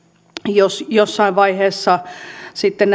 jos jossain vaiheessa sitten